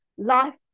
life